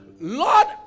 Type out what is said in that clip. Lord